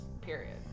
period